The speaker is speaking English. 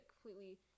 completely